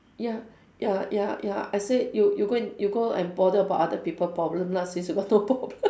ya ya ya ya I said you you go and you go and bother about other people problem lah since you got no problem